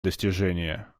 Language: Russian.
достижения